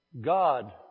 God